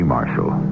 Marshall